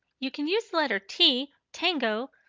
you can use letter t, tango,